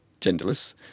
genderless